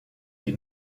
die